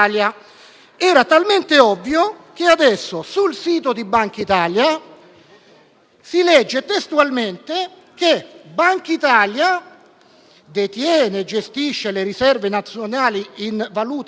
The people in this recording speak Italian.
era talmente ovvio che adesso sul sito di Bankitalia si legge che Bankitalia detiene e gestisce le riserve nazionali in valuta e oro